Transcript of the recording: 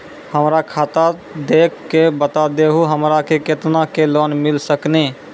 हमरा खाता देख के बता देहु हमरा के केतना के लोन मिल सकनी?